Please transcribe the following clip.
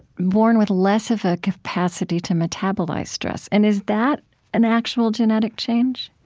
born with less of a capacity to metabolize stress. and is that an actual genetic change?